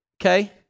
Okay